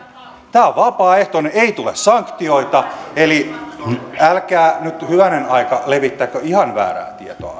tämä on vapaaehtoinen ei tule sanktioita eli älkää nyt hyvänen aika levittäkö ihan väärää tietoa